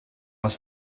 was